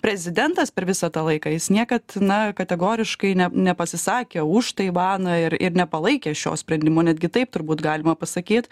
prezidentas per visą tą laiką jis niekad na kategoriškai ne nepasisakė už taivaną ir ir nepalaikė šio sprendimo netgi taip turbūt galima pasakyt